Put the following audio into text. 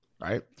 right